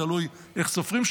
תלוי איך סופרים.